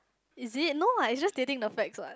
is it no what it's just stating the facts what